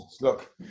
Look